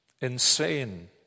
insane